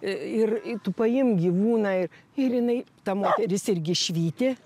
ir tu paimk gyvūną ir ir jinai ta moteris irgi švyti